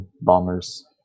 Bombers